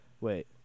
Wait